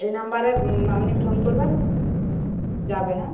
এই নাম্বারে আপনি ফোন করবেন যাবে হ্যাঁ